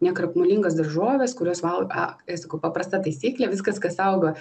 nekrakmolingas daržoves kurios val a sakau paprasta taisyklė viskas kas auga